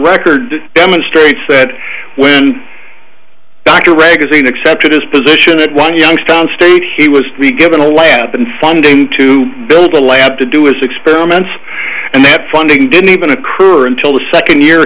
record demonstrates that when dr ragan accepted his position at one youngstown state he would be given a lab and funding to build a lab to do its experiments and that funding didn't even occur until the second year